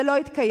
זה לא התקיים.